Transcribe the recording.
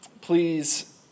please